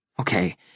Okay